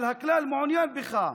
אבל הכלל מעוניין בך,